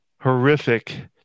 horrific